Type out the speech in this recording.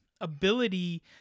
ability